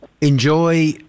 Enjoy